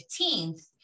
15th